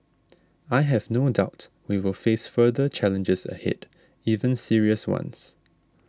I have no doubt we will face further challenges ahead even serious ones